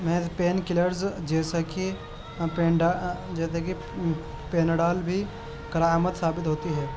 محض pain killers جیسا کہ اپنڈا جیسا کہ پیناڈال بھی کرامت ثابت ہوتی ہے